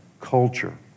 culture